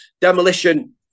demolition